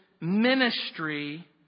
ministry